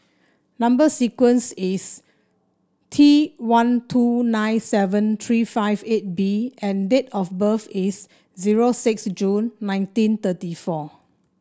number sequence is T one two nine seven three five eight B and date of birth is zero six June nineteen thirty four